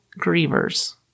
grievers